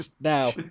now